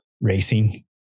racing